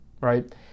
right